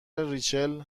ریچل